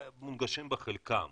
אולי מונגשים בחלקם,